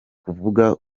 kuvuga